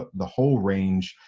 ah the whole range,